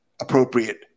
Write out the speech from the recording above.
appropriate